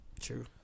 True